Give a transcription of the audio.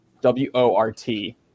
W-O-R-T